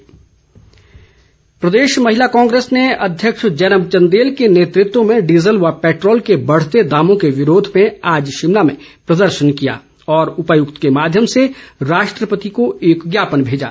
महिला कांग्रे स प्रदेश महिला कांग्रेस ने अध्यक्ष जैनब चंदेल के नेतृत्व में डीज़ल व पैट्रोल के बढ़ते दामों के विरोध में आज शिमला में प्रदर्शन किया और उपायुक्त के माध्यम से राष्ट्रपति को एक ज्ञापन भेजा